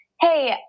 Hey